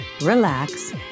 relax